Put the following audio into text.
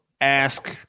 Ask